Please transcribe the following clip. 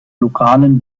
lokalen